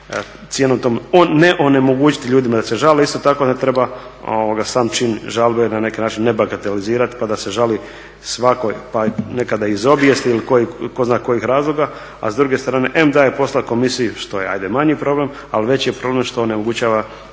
strane treba onemogućiti ljudima da se žale, isto tako ne treba sam čin žalbe na neki način nebagatelizirati pa da se žali svatko pa nekada iz obijesti ili tko zna kojih razloga, a s druge strane, em daje posla komisiji što je ajde manji problem, ali veći je problem što onemogućava